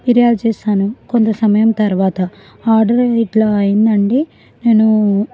ఫిర్యాదు చేస్తాను కొంత సమయం తర్వాత ఆర్డర్ ఇట్ల అయిందండి నేను